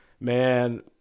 Man